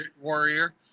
warrior